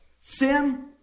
Sin